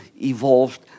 evolved